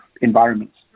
environments